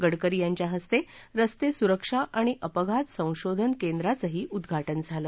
गडकरी यांच्या हस्ते रस्ते सुरक्षा आणि अपघात संशोधन केंद्राचं ही उद्घाटन झालं